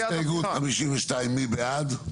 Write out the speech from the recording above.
הסתייגות 52, מי בעד?